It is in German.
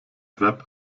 web